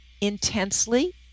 intensely